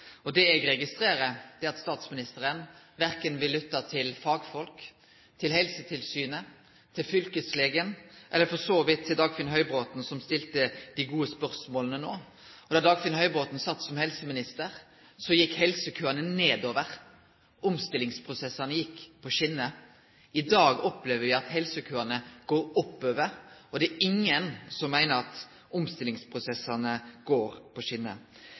Det eg registrerer, er at statsministeren korkje vil lytte til fagfolk, til Helsetilsynet, til fylkeslegen eller for så vidt til Dagfinn Høybråten, som stilte dei gode spørsmåla no. Da Dagfinn Høybråten sat som helseminister, gjekk helsekøane ned, omstillingsprosessane gjekk på skjener. I dag opplever me at helsekøane går opp, og det er ingen som meiner at omstillingsprosessane går på